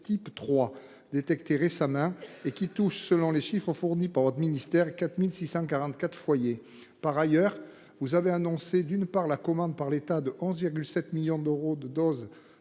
maladie détectée récemment qui touche, selon les chiffres fournis par votre ministère, 4 644 foyers. Par ailleurs, vous avez annoncé, d’une part, la commande par l’État de 11,7 millions de doses